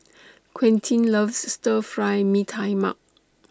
Quentin loves Stir Fry Mee Tai Mak